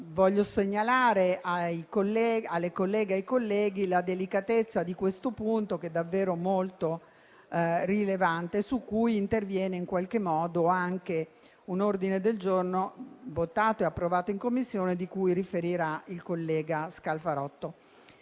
Voglio segnalare alle colleghe e ai colleghi la delicatezza di questo punto che è davvero molto rilevante, su cui interviene in qualche modo anche un ordine del giorno votato e approvato in Commissione di cui riferirà il collega Scalfarotto.